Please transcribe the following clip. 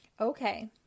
Okay